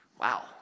Wow